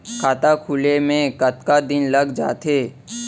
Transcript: खाता खुले में कतका दिन लग जथे?